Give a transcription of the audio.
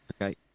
Okay